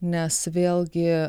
nes vėl gi